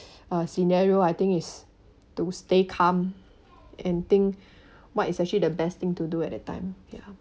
uh scenario I think is to stay calm and think what is actually the best thing to do at that time ya